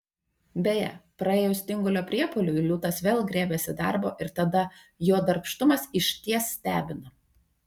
beje praėjus tingulio priepuoliui liūtas vėl griebiasi darbo ir tada jo darbštumas išties stebina